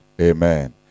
amen